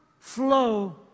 flow